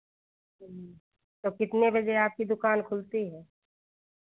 तो कितने बजे आपकी दुकान खुलती है